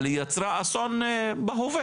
אבל היא יצרה אסון בהווה,